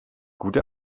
gute